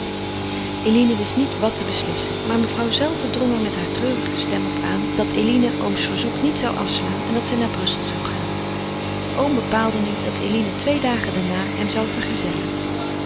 eline wist niet wat te beslissen maar mevrouw zelve drong er met hare treurige stem op aan dat eline ooms verzoek niet zou afslaan en dat zij naar brussel zou gaan oom bepaalde nu dat eline twee dagen daarna hem zou vergezellen